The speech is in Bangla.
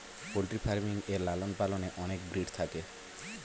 পোল্ট্রি ফার্মিং এ লালন পালনে অনেক ব্রিড থাকে